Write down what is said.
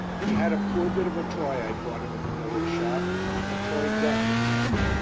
he had a poor bit of a toy i'd bought him at the village shop a toy gun it was.